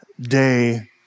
day